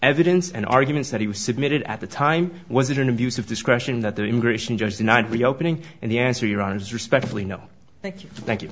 evidence and arguments that he was submitted at the time was it an abuse of discretion that the immigration judge denied reopening and the answer you're on is respectfully no thank you thank you